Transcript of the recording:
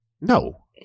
No